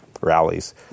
rallies